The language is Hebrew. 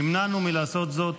נמנענו מלעשות זאת